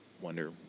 wonder